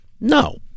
No